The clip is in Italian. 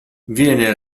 viene